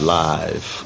live